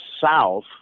south